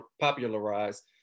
popularized